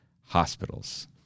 hospitals